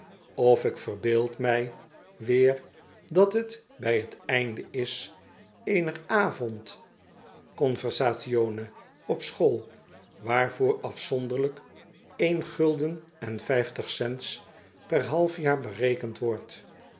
of ik verbeeld mij weer dat t bij t einde is eener avond conversazione w op school waarvoor afzonderlijk een gulden en vijftig cents per half jaar berekend wordt